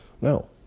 No